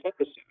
episode